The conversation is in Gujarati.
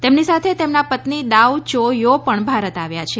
તેમની સાથે તેમના પત્ની દાઉ ચો થો પણ ભારત આવ્યા છે